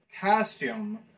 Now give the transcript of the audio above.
costume